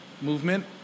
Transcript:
movement